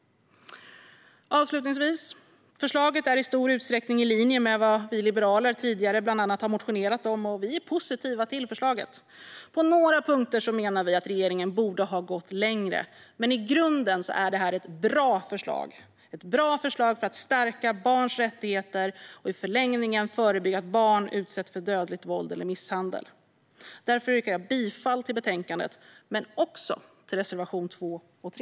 Avslutningsvis: Förslaget är i stor utsträckning i linje med vad vi liberaler tidigare har motionerat om, och vi är positiva till det. På några punkter menar vi att regeringen borde ha gått längre, men i grunden är detta ett bra förslag. Det är ett bra förslag för att stärka barns rättigheter och i förlängningen förebygga att barn utsätts för dödligt våld eller misshandel. Därför yrkar jag bifall till förslaget i betänkandet men också till reservationerna 2 och 3.